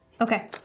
Okay